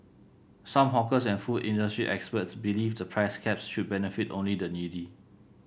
some hawkers and food industry experts believe the price caps should benefit only the needy